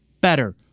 better